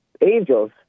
angels